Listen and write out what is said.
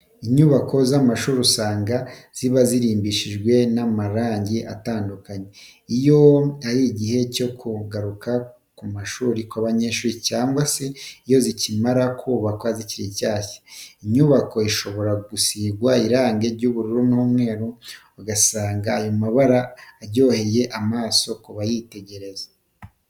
Inyubako z'amshuri usanga ziba zirimbishijwe n'amarange atandukanye, iyo ari igihe cyo kugaruka ku mashuri kw'abanyeshuri cyangwa se iyo zikimara kubakwa zikiri nshyashya. Inyubako ishobora gusigwa irange ry'ubururu n'umweru ugasanga ayo mabara aryoheye amaso ku bayitegereza